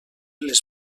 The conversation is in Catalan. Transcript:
les